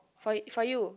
for it for you